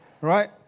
Right